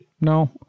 No